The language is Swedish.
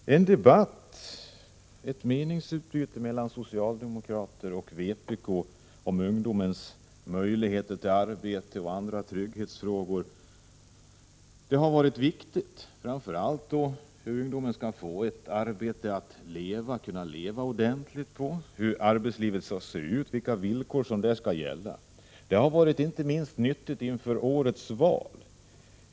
Det är viktigt med ett meningsutbyte mellan socialdemokrater och vpk-are om ungdomens möjligheter till arbete, liksom om andra trygghetsfrågor. Framför allt är det viktigt att ta upp hur ungdomar skall kunna få ett arbete som de kan leva ordentligt på samt hur arbetslivet skall se ut och vilka villkor som där skall gälla. Inte minst är detta viktigt inför årets val.